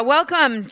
Welcome